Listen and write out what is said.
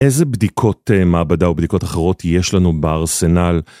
איזה בדיקות מעבדה או בדיקות אחרות יש לנו בארסנל?